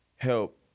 Help